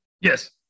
Yes